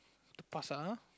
to pass ah [huh]